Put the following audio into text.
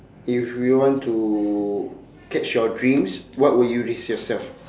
if you want to catch your dreams what will you risk yourself